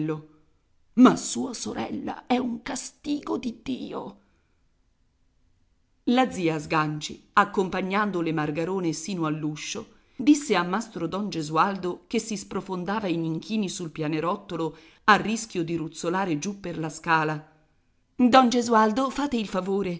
ma sua sorella è un castigo di dio la zia sganci accompagnando le margarone sino all'uscio disse a mastro don gesualdo che si sprofondava in inchini sul pianerottolo a rischio di ruzzolare giù per la scala don gesualdo fate il favore